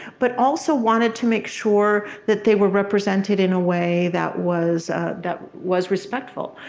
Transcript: but also wanted to make sure that they were represented in a way that was that was respectful.